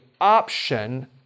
option